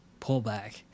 pullback